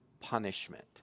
punishment